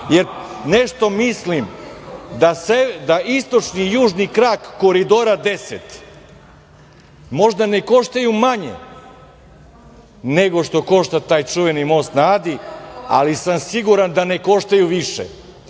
Jer, nešto mislim da istočni i južni krak Koridora 10 možda ne koštaju manje nego što košta taj čuveni Most na Adi, ali sam siguran da ne koštaju više.